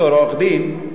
בתור עורך-דין,